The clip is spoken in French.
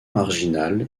marginal